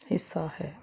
ਹਿੱਸਾ ਹੈ